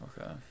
Okay